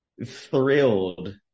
Thrilled